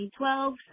2012